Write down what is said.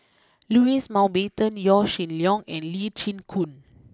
Louis Mountbatten Yaw Shin Leong and Lee Chin Koon